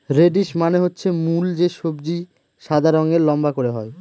radish মানে হচ্ছে মূল যে সবজি সাদা রঙের লম্বা করে হয়